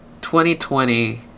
2020